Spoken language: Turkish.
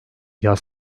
yaz